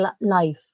life